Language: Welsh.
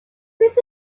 beth